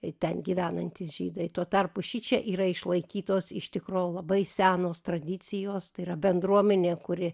ir ten gyvenantys žydai tuo tarpu šičia yra išlaikytos iš tikro labai senos tradicijos tai yra bendruomenė kuri